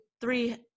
three